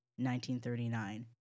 1939